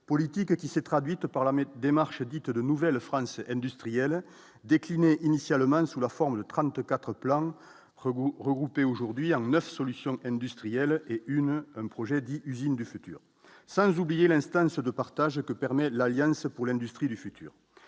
politique qui s'est traduite par la même démarche dite de nouvelle français industriels décliner initialement sous la forme de 34 plans Reboux regroupées aujourd'hui à 9 solutions industrielles et une projet dit Usine du futur, sans oublier l'instinct de ce de partage que permet l'Alliance pour l'industrie du futur,